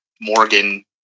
Morgan